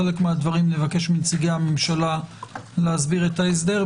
בחלק מהדברים נבקש מנציגי הממשלה להסביר את ההסדר,